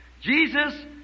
Jesus